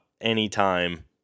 anytime